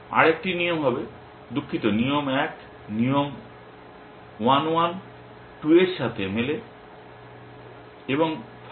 আরেকটি নিয়ম হবে দুঃখিত নিয়ম 1 নিয়ম 1 1 2 এর সাথে মেলে এবং 5